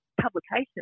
publication